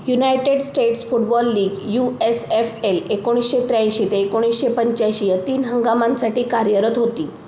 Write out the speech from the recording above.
United States Football League U S F L एकोणीसशे त्र्याऐंशी ते एकोणीसशे पंच्याऐंशी या तीन हंगामांसाठी कार्यरत होती